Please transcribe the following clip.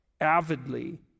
avidly